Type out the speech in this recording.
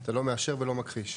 אתה לא מאשר ולא מכחיש.